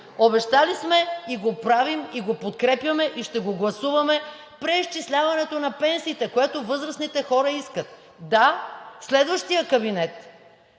Обещали сме и го правим, и го подкрепяме, и ще го гласуваме – преизчисляването на пенсиите, което възрастните хора искат. Да, следващият кабинет